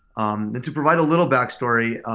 um to provide a little back story,